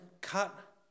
cut